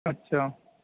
اچھا